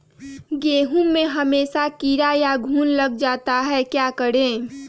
गेंहू में हमेसा कीड़ा या घुन लग जाता है क्या करें?